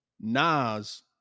Nas